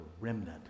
remnant